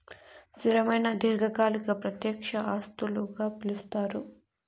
స్థిరమైన దీర్ఘకాలిక ప్రత్యక్ష ఆస్తులుగా పిలుస్తారు